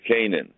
Canaan